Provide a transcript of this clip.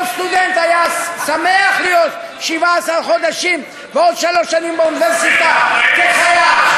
כל סטודנט היה שמח להיות 17 חודשים ועוד שלוש שנים באוניברסיטה כחייל.